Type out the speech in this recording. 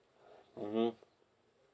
mmhmm